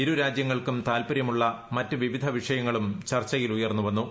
ഇരുരാജ്യങ്ങൾക്കും താൽപര്യമുള്ള മറ്റ് വിവിധ വിഷയങ്ങളും ചർച്ചയിൽ ഉയർന്നുവന്നു